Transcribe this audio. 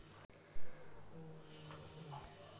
बार बार अपडेट की कराबेला होय है?